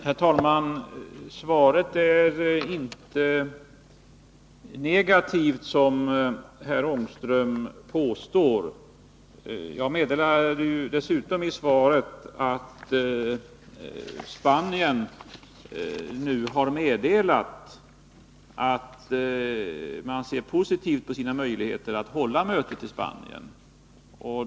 Herr talman! Svaret är inte, som herr Ångström påstår, negativt. Jag sade dessutom i svaret att Spanien nu har meddelat att man ser positivt på sina möjligheter att hålla mötet i Spanien.